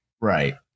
Right